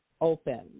Open